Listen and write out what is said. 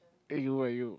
!aiyo! why are you